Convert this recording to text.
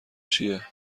چیه